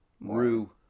Rue